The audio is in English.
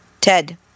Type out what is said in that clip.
Ted